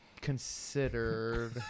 considered